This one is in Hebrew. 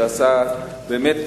שעשה באמת,